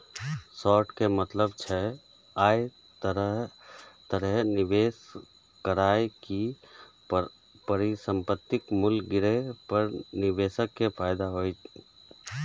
short के मतलब छै, अय तरहे निवेश करनाय कि परिसंपत्तिक मूल्य गिरे पर निवेशक कें फायदा होइ